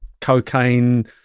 cocaine